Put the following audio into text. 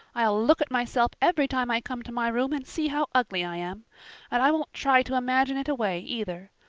i'll look at myself every time i come to my room and see how ugly i am. and i won't try to imagine it away, either.